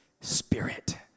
spirit